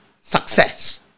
success